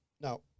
now